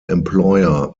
employer